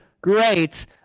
great